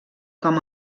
com